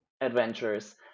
adventures